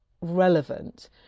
relevant